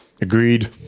Agreed